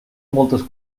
moltes